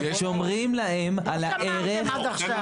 שומרים על הערך